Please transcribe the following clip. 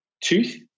tooth